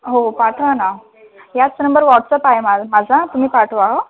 हो पाठवा ना याच नंबर व्हॉट्सअप आहे माझं माझा तुम्ही पाठवा ओ